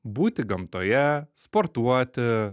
būti gamtoje sportuoti